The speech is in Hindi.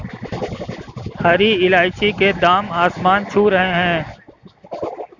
हरी इलायची के दाम आसमान छू रहे हैं